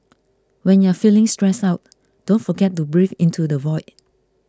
when you are feeling stressed out don't forget to breathe into the void